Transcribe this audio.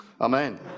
Amen